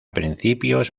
principios